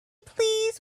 please